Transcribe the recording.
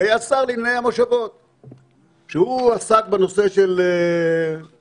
היה שר לענייני המושבות שעסק בנושא של מושבות.